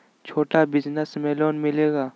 छोटा बिजनस में लोन मिलेगा?